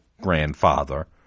grandfather